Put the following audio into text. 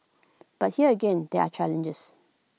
but here again there are challenges